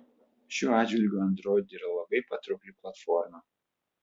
šiuo atžvilgiu android yra labai patraukli platforma